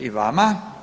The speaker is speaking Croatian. I vama.